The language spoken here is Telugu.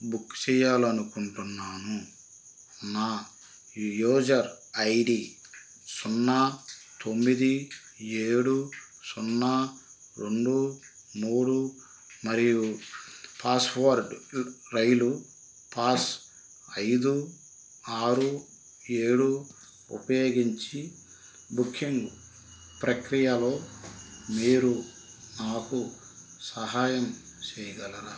బుక్ చెయ్యాలి అనుకుంటున్నాను నా యూజర్ ఐ డి సున్నా తొమ్మిది ఏడు సున్నా రెండు మూడు మరియు పాస్వర్డ్ రైలు పాస్ ఐదు ఆరు ఏడు ఉపయోగించి బుకింగ్ ప్రక్రియలో మీరు నాకు సహాయం చేయగలరా